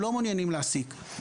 הם לא מעוניינים להעסיק.